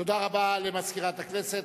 תודה רבה למזכירת הכנסת.